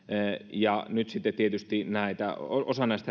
ja nyt sitten tietysti osa näistä